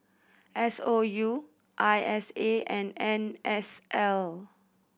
S O U I S A and N S L